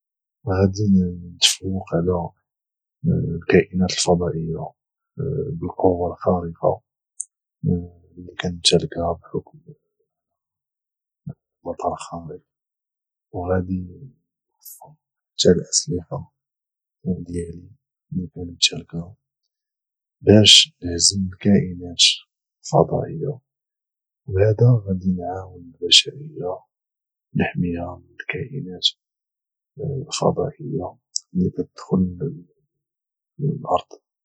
غادي نتفوق على الكائنات الفضائيه بالقوه الخارقه اللي كانمتالكها بحكم انا بطل خارق وغادي نوفر حتى الاسلحه ديالي اللي كانمتالكها باش نهزم الكائنات الفضائيه وبهدا غادي نعاون البشرية ونحميها من الكائنات الفضائية اللي كدخل للارض